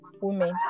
women